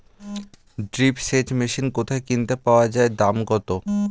Drip সেচ machine কোথায় কিনতে পাওয়া যায় দাম কত?